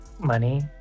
money